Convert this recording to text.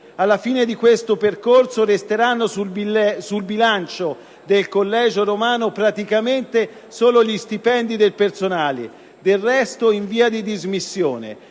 Alla fine di questo percorso, praticamente resteranno sul bilancio del Collegio Romano solo gli stipendi del personale, del resto in via di dismissione,